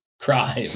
Crime